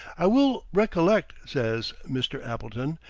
i well recollect, says mr. appleton,